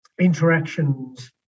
interactions